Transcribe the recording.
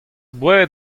boued